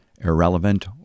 irrelevant